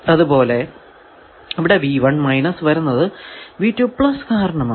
അതുപോലെ ഇവിടെ വരുന്നത് കാരണമാണ്